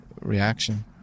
reaction